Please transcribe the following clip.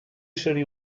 seria